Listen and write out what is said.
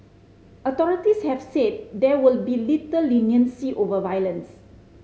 authorities have said there will be little leniency over violence